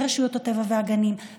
ברשויות הטבע והגנים,